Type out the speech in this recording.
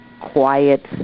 quiet